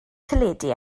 teledu